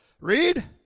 Read